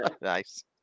nice